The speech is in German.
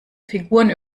figuren